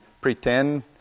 pretend